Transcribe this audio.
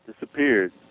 disappeared